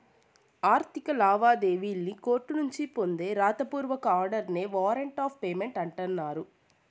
ఆర్థిక లావాదేవీల్లి కోర్టునుంచి పొందే రాత పూర్వక ఆర్డర్స్ నే వారంట్ ఆఫ్ పేమెంట్ అంటన్నారు